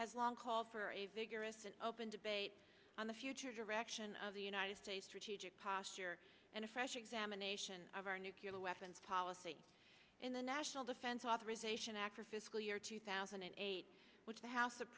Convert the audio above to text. has long called for a vigorous and open debate on the future direction of the united states strategic posture and a fresh examination of our nucular weapons policy in the national defense authorization act for fiscal year two thousand and eight which the house